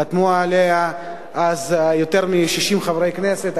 חתמו עליה אז יותר מ-60 חברי כנסת.